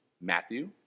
Matthew